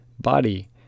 body